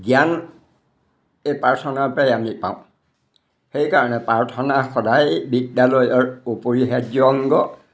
জ্ঞান এই প্ৰাৰ্থনাৰ পৰাই আমি পাওঁ সেইকাৰণে প্ৰাৰ্থনা সদায় বিদ্যালয়ৰ অপৰিহাৰ্য্য় অংগ